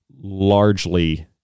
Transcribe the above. largely